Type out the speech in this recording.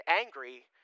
angry